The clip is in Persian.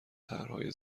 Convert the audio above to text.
طرحهای